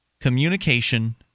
communication